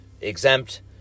Exempt